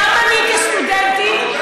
כסטודנטית,